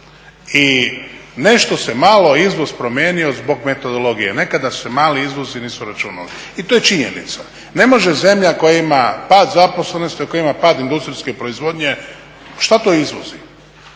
I nešto se malo izvoz promijenio zbog metodologije. Nekada se mali izvozi nisu računali i to je činjenica. Ne može zemlja koja ima pad zaposlenosti, koja ima pad industrijske proizvodnje, šta to izvozi?